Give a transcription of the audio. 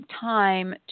time